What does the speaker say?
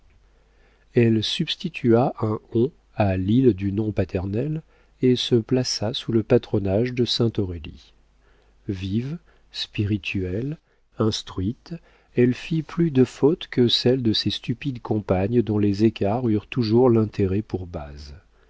elle substitua un on à l'il du nom paternel et se plaça sous le patronage de sainte aurélie vive spirituelle instruite elle fit plus de fautes que celles de ses stupides compagnes dont les écarts eurent toujours l'intérêt pour base